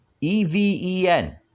E-V-E-N